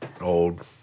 old